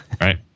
right